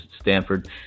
Stanford